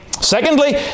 Secondly